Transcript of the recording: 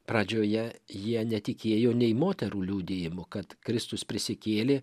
pradžioje jie netikėjo nei moterų liudijimu kad kristus prisikėlė